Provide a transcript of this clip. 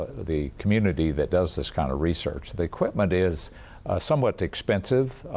ah the community that does this kind of research. the equipment is somewhat expensive,